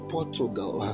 Portugal